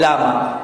למה?